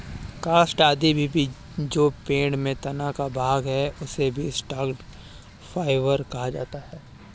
काष्ठ आदि भी जो पेड़ के तना का भाग है, उसे भी स्टॉक फाइवर कहा जाता है